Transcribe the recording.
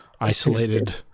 isolated